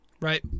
Right